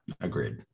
agreed